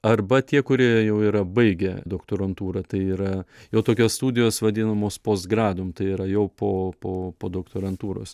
arba tie kurie jau yra baigę doktorantūrą tai yra jau tokios studijos vadinamos posgradum tai yra jau po po po doktorantūros